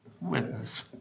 witness